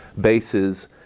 bases